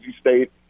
State